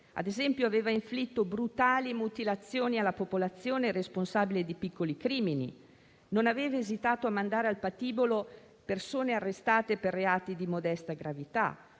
Ad esempio, aveva inflitto brutali mutilazioni alla popolazione responsabile di piccoli crimini; non aveva esitato a mandare al patibolo persone arrestate per reati di modesta gravità;